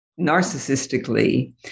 narcissistically